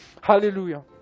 hallelujah